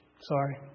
Sorry